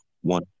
one